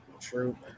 True